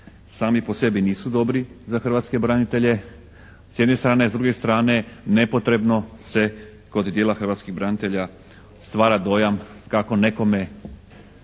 sami po sebi nisu dobri za hrvatske branitelje s jedne strane a s druge strane nepotrebno se kod dijela hrvatskih branitelja stvara dojam kako nekome,